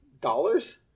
dollars